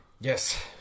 Yes